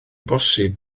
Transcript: bosib